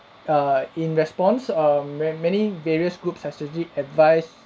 err in response err ma~ many various group strategic advice